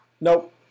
Nope